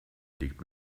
liegt